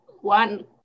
one